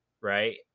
Right